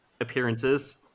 appearances